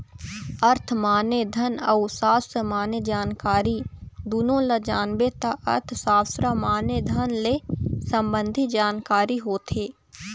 अर्थ माने धन अउ सास्त्र माने जानकारी दुनो ल जानबे त अर्थसास्त्र माने धन ले संबंधी जानकारी होथे